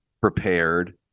prepared